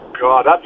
God